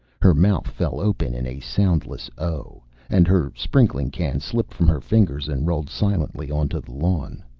her mouth fell open in a soundless o and her sprinkling can slipped from her fingers and rolled silently onto the lawn.